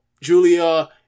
Julia